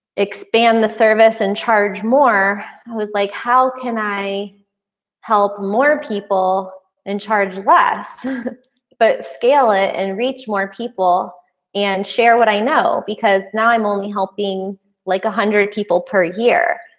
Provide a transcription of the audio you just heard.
expand the service and charge more i was like, how can i help more people and charge less but scale it and reach more people and share what i know because now i'm only helping like a hundred people per year.